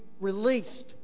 released